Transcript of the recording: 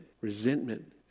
resentment